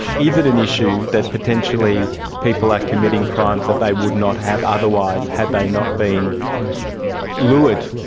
is it an issue that potentially people are committing crimes that they would not have otherwise had they not been lured,